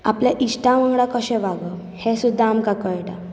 आपल्या इश्टां वांगडां कशें वागप हें सुद्दा आमकां कळटा